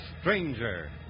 Stranger